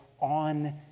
on